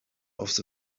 off